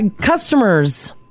Customers